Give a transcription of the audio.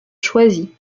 choisis